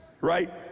right